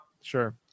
Sure